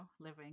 living